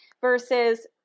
versus